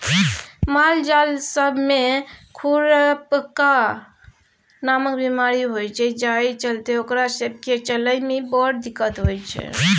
मालजाल सब मे खुरपका नामक बेमारी होइ छै जाहि चलते ओकरा सब केँ चलइ मे बड़ दिक्कत होइ छै